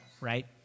right